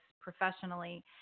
professionally